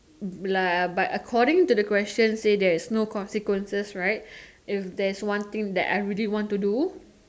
blah but according to the question say there's no consequences right if there's one thing that I really want to do